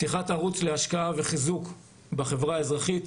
פתיחת ערוץ להשקעה וחיזוק בחברה האזרחית.